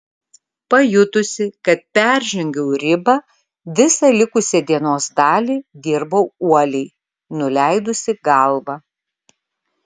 pajutusi kad peržengiau ribą visą likusią dienos dalį dirbau uoliai nuleidusi galvą